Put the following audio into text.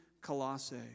Colossae